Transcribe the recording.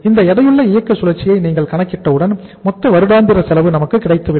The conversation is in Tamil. இந்த எடையுள்ள இயக்க சுழற்சியை நீங்கள் கணக்கிட்டஉடன் மொத்த வருடாந்திர செலவு நமக்கு கிடைத்துவிடும்